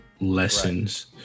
lessons